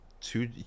two